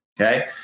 Okay